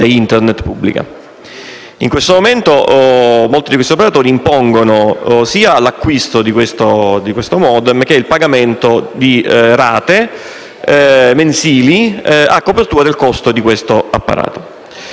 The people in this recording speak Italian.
In questo momento, molti di questi operatori impongono sia l'acquisto del *modem* che il pagamento di rate mensili a copertura del costo di questo apparato.